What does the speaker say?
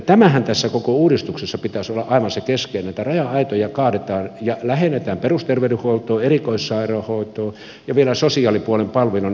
tämänhän tässä koko uudistuksessa pitäisi olla aivan se keskeinen että raja aitoja kaadetaan ja lähennetään perusterveydenhuoltoa erikoissairaanhoitoa ja vielä sosiaalipuolen palveluja